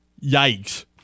Yikes